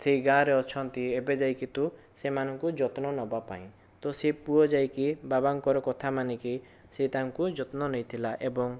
ସେଇ ଗାଁରେ ଅଛନ୍ତି ଏବେ ଯାଇକି ତୁ ସେମାନଙ୍କୁ ଯତ୍ନ ନବାପାଇଁ ତ ସେ ପୁଅ ଯାଇକି ବାବାଙ୍କର କଥା ମାନିକି ସେ ତାଙ୍କୁ ଯତ୍ନ ନେଇଥିଲା ଏବଂ